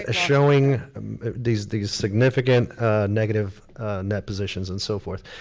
ah showing these these significant negative net positions and so forth.